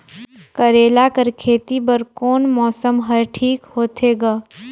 करेला कर खेती बर कोन मौसम हर ठीक होथे ग?